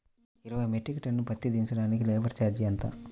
ఇరవై metric tonne పత్తి దించటానికి లేబర్ ఛార్జీ ఎంత?